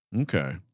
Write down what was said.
Okay